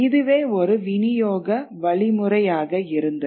இதுவே ஒரு விநியோக வழிமுறையாக இருந்தது